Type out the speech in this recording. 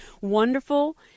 wonderful